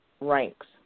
ranks